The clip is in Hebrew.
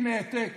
עם העתק